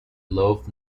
loaf